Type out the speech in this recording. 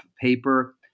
paper